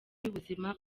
y’ubuzima